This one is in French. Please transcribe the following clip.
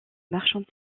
marchands